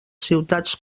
ciutats